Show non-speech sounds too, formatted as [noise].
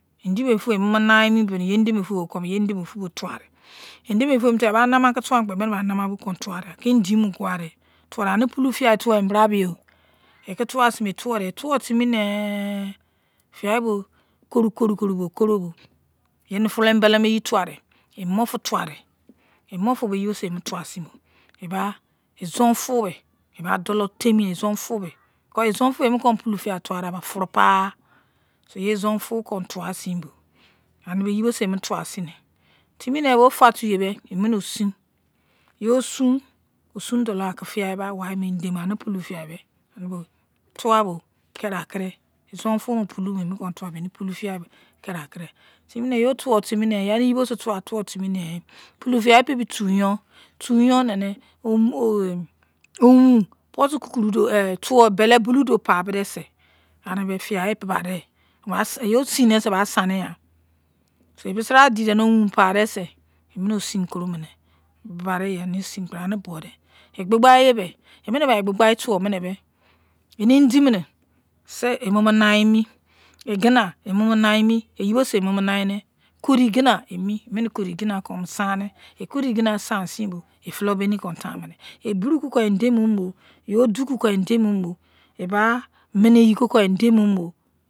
Edemefu emomo nai midoni yei edemefu boi emu towadei ebai nima kon towadeinil kpo towadei kon aki indi mu kuwadei anipula tiyai tuwoimi brabiyo. Ekon tuwasinbo yei tuwoidei etuwo temi nei fiyal bo̱ bo̱ kuru kuru, yei eni fulou enibele mo yi tuwadei, emufu tuwadei, emufu mo, yeibosei emu tuwasin bo, eba izon-fui bei eba, izon fui emokon aki pulo fiyai fuwadaiba furubani, so, yei izon-fui kon tuwasinbo anebo yeibosei emu fuwaseindei. Timine bo̱ fatuyenie, emine osun, osun dolon kon akin fiyai mai iyai edemune, ane pulu fiyai mei. Etuwabo keriakidei, izon-fun mu pulu mo emu tuwabo pulu fiyai bo̱ keriakidei. Ye otuwo timine, pulu fiyai buwomu tou yon. Tou yon nei [hesitation] tou wo belebulu doupua boudeisei mei fiyai bebadeye. Yoi sein dein sei bai saninya. Mesibradidene owun pai dei sei emine osin kuronidei, bebadeye. Ani buwudei. Egbugpa peme, emibai egbugbaiye tuwo dounii bei, ene-indi minesui kremou nai emi, egine omemo nai this yesbosi emomo naiemi, okendi ogina emomo nai emi olodi gino kon nau saine, yoi sain sein bo, pulou bene kon taimune, buro kidon edemumo, yoi odun ki kon edomunu, ebi miniyi ki kon edumumo.